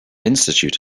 institute